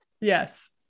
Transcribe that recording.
Yes